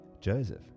Joseph